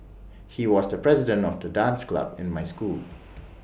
he was the president of the dance club in my school